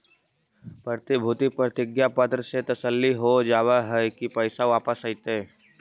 प्रतिभूति प्रतिज्ञा पत्र से तसल्ली हो जावअ हई की पैसा वापस अइतइ